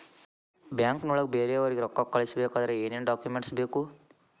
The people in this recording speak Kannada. ಬ್ಯಾಂಕ್ನೊಳಗ ಬೇರೆಯವರಿಗೆ ರೊಕ್ಕ ಕಳಿಸಬೇಕಾದರೆ ಏನೇನ್ ಡಾಕುಮೆಂಟ್ಸ್ ಬೇಕು?